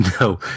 No